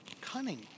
cunning